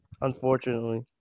unfortunately